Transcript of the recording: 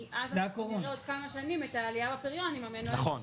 כי אז אנחנו נראה עוד כמה שנים את העלייה בפריון עם מנועי הצמיחה.